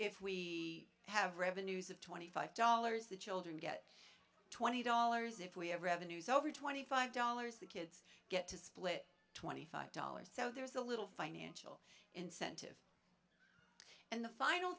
if we have revenues of twenty five dollars the children get twenty dollars if we have revenues over twenty five dollars the kids get to split twenty five dollars so there's a little financial incentive and the final